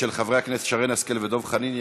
של חברי הכנסת שרן השכל ודב חנין.